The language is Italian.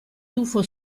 tuffo